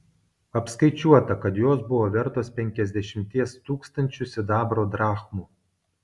apskaičiuota kad jos buvo vertos penkiasdešimties tūkstančių sidabro drachmų